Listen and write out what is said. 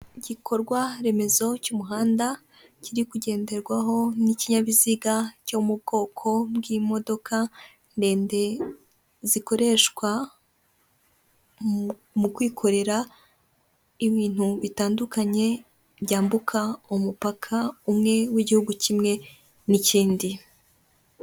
Igikorwa remezo cy'umuhanda, kiri kugenderwaho n'ikinyabiziga cyo mu bwoko bw'imodoka ndende, zikoreshwa mu kwikorera ibintu bitandukany, byambuka umupaka umwe w'igihugu kimwe, n'ikindi.